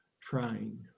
trying